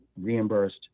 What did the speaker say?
reimbursed